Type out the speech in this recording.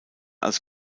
als